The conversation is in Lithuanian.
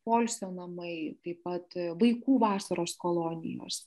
poilsio namai taip pat vaikų vasaros kolonijos